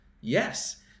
Yes